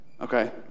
Okay